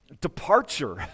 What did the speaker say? departure